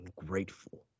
ungrateful